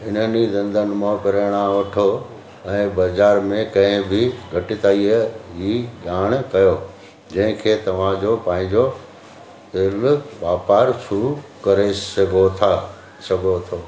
इन्हनि धंधनि मां प्रेरणा वठो ऐं बज़ारु में कंहिं बि घटिताईअ जी ॼाण कयो जंहिंखे तव्हां जो पंहिंजो तेल वापारु पूरो करे सघो था सघो थो